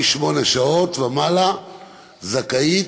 משמונה שעות ומעלה היא זכאית.